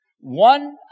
One